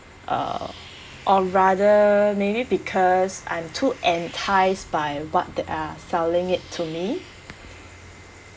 or or rather maybe because I'm too enticed by what they are selling it to me